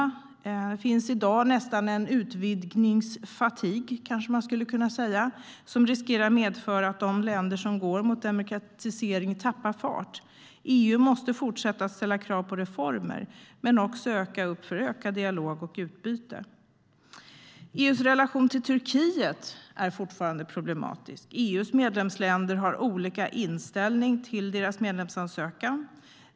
Det finns i dag en utvidgningsfatigue, skulle man kanske kunna säga, som riskerar att medföra att de länder som går mot demokratisering tappar fart. EU måste fortsätta att ställa krav på reformer men också öppna för ökad dialog och utbyte. EU:s relation till Turkiet är fortfarande problematisk. EU:s medlemsländer har olika inställning till landets medlemsansökan.